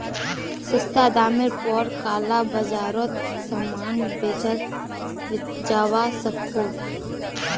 सस्ता डामर पोर काला बाजारोत सामान बेचाल जवा सकोह